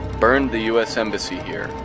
burned the u s. embassy here,